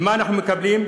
ומה אנחנו מקבלים?